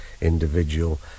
individual